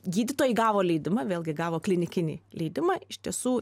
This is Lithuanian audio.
gydytojai gavo leidimą vėlgi gavo klinikinį leidimą iš tiesų